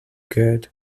good